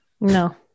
no